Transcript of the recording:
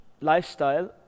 lifestyle